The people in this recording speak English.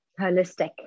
holistic